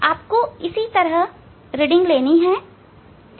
आपको इसी तरह रीडिंग लेनी है ठीक है